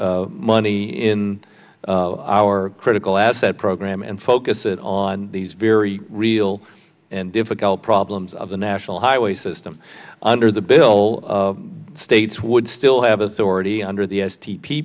money in our critical asset program and focus it on these very real and difficult problems of the national highway system under the bill states would still have authority under the s t p